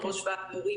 מסודרת.